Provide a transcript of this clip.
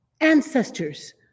ancestors